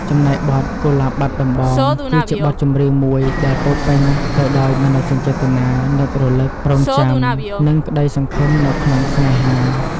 ចំណែកបទ កូលាបបាត់ដំបង គឺជាបទចម្រៀងមួយដែលពោរពេញទៅដោយមនោសញ្ចេតនានឹករលឹក រង់ចាំ និងក្តីសង្ឃឹមនៅក្នុងស្នេហា។